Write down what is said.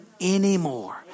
anymore